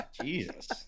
Jesus